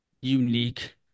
unique